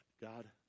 God